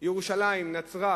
ירושלים, נצרת